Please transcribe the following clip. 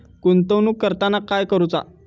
गुंतवणूक करताना काय करुचा?